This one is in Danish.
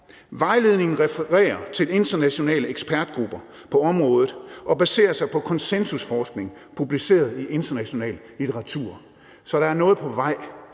Vejledningen refererer til internationale ekspertgrupper på området og baserer sig på konsensusforskning publiceret i international litteratur. Så der er noget på vej,